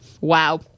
wow